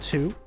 Two